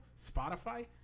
Spotify